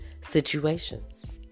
situations